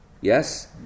yes